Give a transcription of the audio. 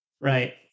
right